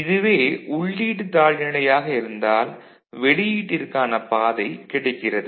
இதுவே உள்ளீடு தாழ்நிலையாக இருந்தால் வெளியீட்டிற்கான பாதை கிடைக்கிறது